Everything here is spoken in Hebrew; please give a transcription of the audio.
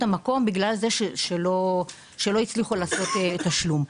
המקום בגלל זה שלא הצליחו לעשות את התשלום.